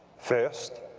first,